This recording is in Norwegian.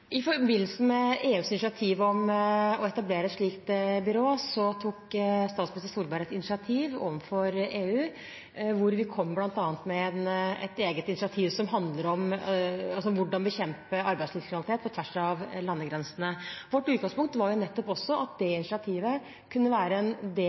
I forbindelse med EUs initiativ om å etablere et slikt byrå tok statsminister Solberg et initiativ overfor EU som bl.a. handler om hvordan man skal bekjempe arbeidslivskriminalitet på tvers av landegrensene. Vår utgangspunkt var nettopp også at det initiativet kunne være en del